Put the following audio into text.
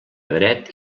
dret